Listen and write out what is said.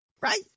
right